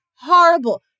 Horrible